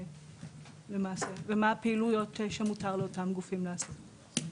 ומה הפעילות שמותר לאותם גופים לעשות.